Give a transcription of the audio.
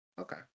Okay